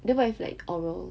then what if like oral